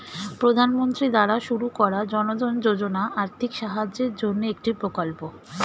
প্রধানমন্ত্রী দ্বারা শুরু করা জনধন যোজনা আর্থিক সাহায্যের জন্যে একটি প্রকল্প